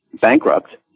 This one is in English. bankrupt